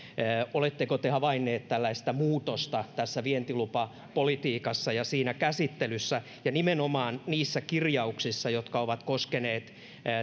oletteko te havainnut tällaista muutosta vientilupapolitiikassa ja siinä käsittelyssä ja nimenomaan niissä kirjauksissa jotka ovat koskeneet